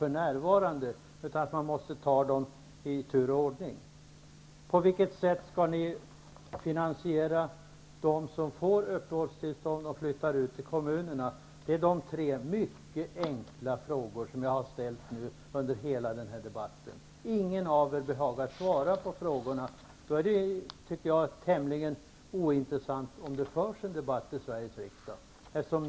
Det arbetet måste tas i tur och ordning. 3. På vilket sätt skall ni finansiera vistelsen här för dem som får uppehållstillstånd och som flyttar ut till kommunerna? Dessa tre mycket enkla frågor har jag upprepat under hela den här debatten. Men ingen av er behagar svara på mina frågor. Därför tycker jag att det är tämligen ointressant om det förs en debatt i Sveriges riksdag eller inte.